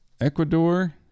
Ecuador